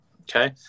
Okay